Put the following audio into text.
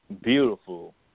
beautiful